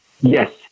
Yes